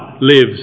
lives